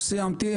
סיימתי.